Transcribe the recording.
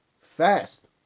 fast